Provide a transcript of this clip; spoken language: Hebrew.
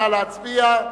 נא להצביע.